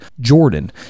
Jordan